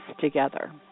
together